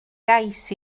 gais